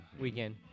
weekend